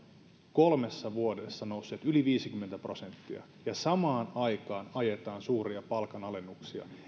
kolmessa vuodessa nousseet yli viisikymmentä prosenttia ja samaan aikaan ajetaan suuria palkanalennuksia niin